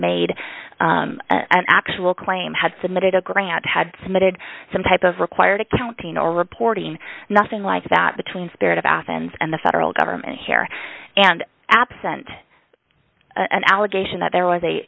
made an actual claim had submitted a grant had submitted some type of required accounting or reporting nothing like that between spirit of athens and the federal government here and absent an allegation that there was a